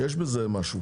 יש בזה משהו.